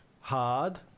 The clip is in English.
hard